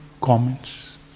Comments